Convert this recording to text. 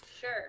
sure